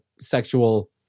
sexual